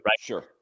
Sure